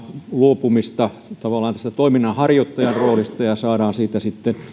luopumista tavallaan tästä toiminnanharjoittajan roolista ja saadaan sitä sitten